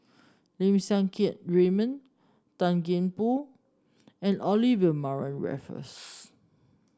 Lim Siang Keat Raymond Gan Thiam Poh and Olivia Mariamne Raffles